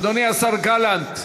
אדוני השר גלנט,